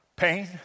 pain